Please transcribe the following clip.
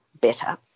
better